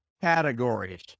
categories